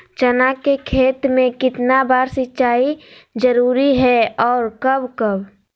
चना के खेत में कितना बार सिंचाई जरुरी है और कब कब?